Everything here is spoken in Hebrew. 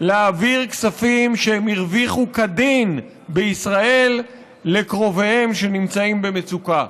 להעביר כספים שהם הרוויחו כדין בישראל לקרוביהם שנמצאים במצוקה.